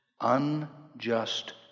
unjust